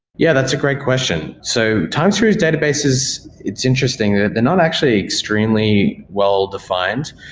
yeah, that's a great question. so time series databases, it's interesting. they're not actually extremely well-defined.